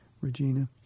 Regina